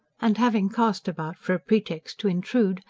and having cast about for a pretext to intrude,